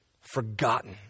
Forgotten